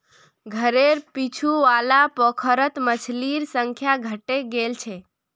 घरेर पीछू वाला पोखरत मछलिर संख्या घटे गेल छ